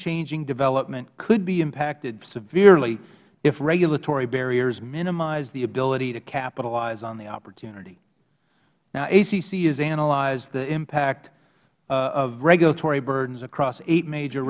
gamechanging development could be impacted severely if regulatory barriers minimize the ability to capitalize on the opportunity now acc has analyzed the impact of regulatory burdens across eight major